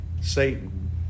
Satan